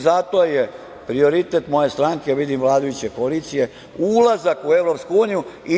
Zato je prioritet moje stranke, vidim i vladajuće koalicije, ulazak u Evropsku uniju.